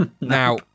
Now